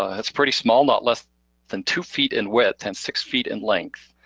it's pretty small. not less than two feet in width and six feet in length.